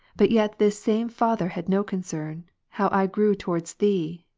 but yet this same father had no concern, how i grew towards thee,